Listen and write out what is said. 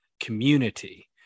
community